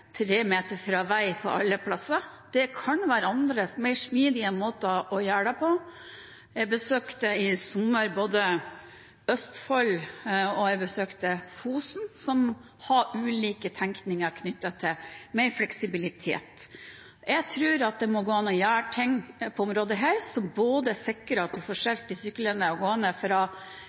meter fra vei på alle plasser. Det kan være andre, mer smidige måter å gjøre det på. Jeg besøkte Østfold i sommer, og jeg besøkte Fosen, som har ulik tenkning knyttet til mer fleksibilitet. Jeg tror det må gå an å gjøre ting på dette området som sikrer at man får skilt de syklende og gående fra